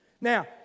Now